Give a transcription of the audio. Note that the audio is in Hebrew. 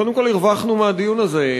קודם כול, הרווחנו מהדיון הזה.